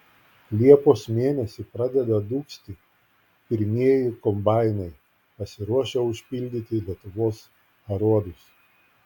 liepos mėnesį pradeda dūgzti pirmieji kombainai pasiruošę užpildyti lietuvos aruodus